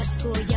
School